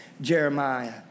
Jeremiah